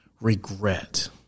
regret